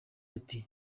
ati